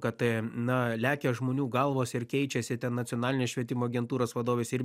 kad na lekia žmonių galvos ir keičiasi ten nacionalinės švietimo agentūros vadovės ir